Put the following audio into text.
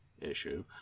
issue